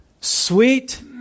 sweet